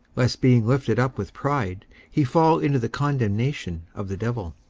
lest being lifted up with pride he fall into the condemnation of the devil.